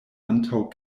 antaŭ